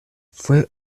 fue